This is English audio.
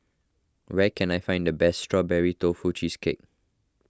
where can I find the best Strawberry Tofu Cheesecake